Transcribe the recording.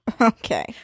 okay